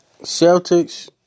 Celtics